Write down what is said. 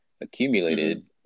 accumulated